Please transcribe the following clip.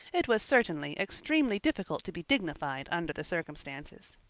it was certainly extremely difficult to be dignified under the circumstances!